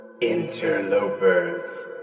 interlopers